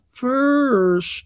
first